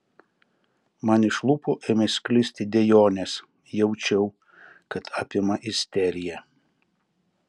man iš lūpų ėmė sklisti dejonės jaučiau kad apima isterija